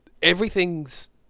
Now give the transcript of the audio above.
everything's